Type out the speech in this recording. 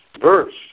verse